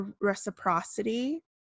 reciprocity